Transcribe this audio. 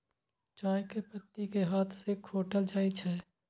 चाय के पत्ती कें हाथ सं खोंटल जाइ छै